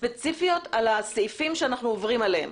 ספציפיות על הסעיפים שאנו עוברים עליהם.